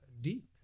deep